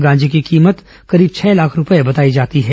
गांजे की कीमत करीब छह लाख रूपए बताई जा रही है